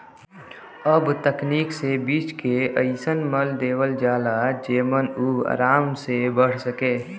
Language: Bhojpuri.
अब तकनीक से बीज के अइसन मल देवल जाला जेमन उ आराम से बढ़ सके